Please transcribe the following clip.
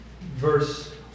Verse